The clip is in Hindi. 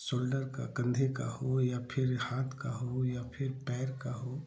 सोल्डर का कन्धे का हो या फिर हाथ का हो या फिर पैर का हो